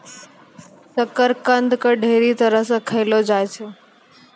शकरकंद के ढेरी तरह से खयलो जाय छै